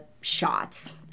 shots